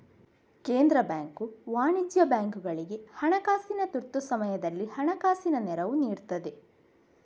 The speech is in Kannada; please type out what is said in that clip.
ಕೇಂದ್ರ ಬ್ಯಾಂಕು ವಾಣಿಜ್ಯ ಬ್ಯಾಂಕುಗಳಿಗೆ ಹಣಕಾಸಿನ ತುರ್ತು ಸಮಯದಲ್ಲಿ ಹಣಕಾಸಿನ ನೆರವು ನೀಡ್ತದೆ